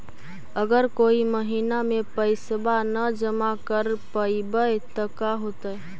अगर कोई महिना मे पैसबा न जमा कर पईबै त का होतै?